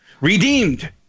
redeemed